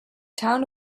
town